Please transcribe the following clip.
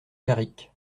carrick